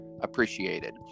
appreciated